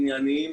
ענייניים,